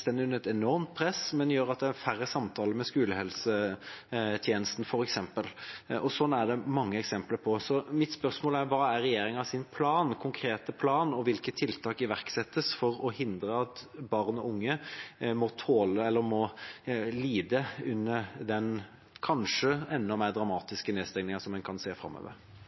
står under et enormt press – noe som gjør at det f.eks. er færre samtaler med skolehelsetjenesten. Slikt er det mange eksempler på. Spørsmålet mitt er: Hva er regjeringas konkrete plan, og hvilke tiltak iverksettes for å hindre at barn og unge må lide under det som, hvis en ser framover, kanskje er en enda mer